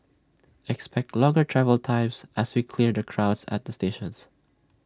expect longer travel times as we clear the crowds at the stations